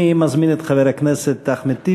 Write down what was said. אני מזמין את חבר הכנסת אחמד טיבי,